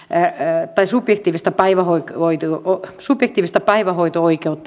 on hyvä että subjektiivista päivähoito oikeutta rajattu